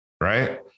right